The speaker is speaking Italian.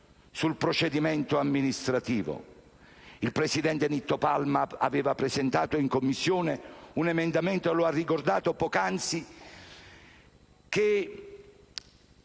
Il presidente Palma aveva presentato in Commissione un emendamento - lo ha ricordato poc'anzi - che